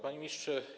Panie Ministrze!